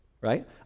right